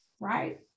right